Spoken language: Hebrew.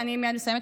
אני מייד מסיימת,